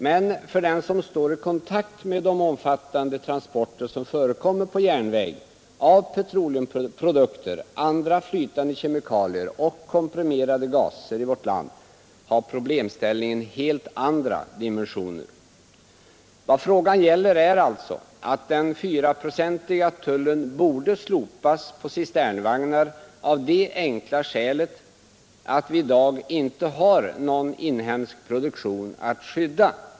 Men för den som står i kontakt med de omfattande transporter av petroleumprodukter, andra flytande kemikalier och komprimerade gaser som förekommer på järnväg i vårt land har problemställningen helt andra dimensioner. Vad frågan gäller är alltså att den 4-procentiga tullen på cisternvagnar borde slopas av det enkla skälet att vi i dag inte har någon inhemsk produktion att skydda.